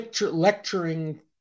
lecturing